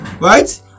right